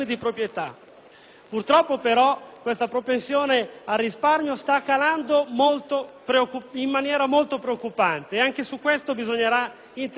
Purtroppo, però, questa propensione al risparmio sta calando in maniera molto preoccupante e anche su questo occorrerà intervenire.